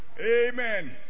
Amen